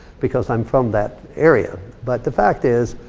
because i'm from that area. but the fact is,